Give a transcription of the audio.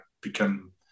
become